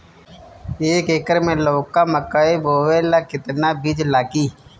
एक एकर मे लौका मकई बोवे ला कितना बिज लागी?